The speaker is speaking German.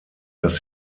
das